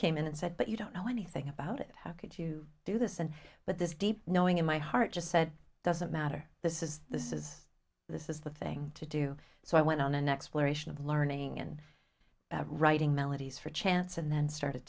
came in and said but you don't know anything about it how could you do this and but this deep knowing in my heart just said it doesn't matter this is this is this is the thing to do so i went on an exploration of learning and writing melodies for chance and then started